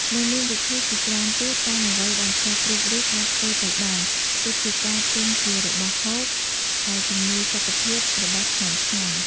នៅមានវិធីជាច្រើនទៀតតាមអ្វីដែលសិស្សគ្រប់រូបអាចធ្វើទៅបាន ដូចជាការទិញជារបស់ហូប ដែលជំនួយសុខភាព របស់ឆ្ងាញ់ៗ។